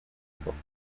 époque